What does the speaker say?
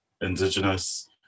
Indigenous